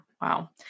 Wow